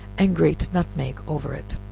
and grate nutmeg over it.